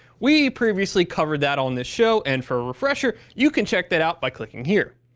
we previously covered that on this show and for a refresher, you can check that out by clicking here.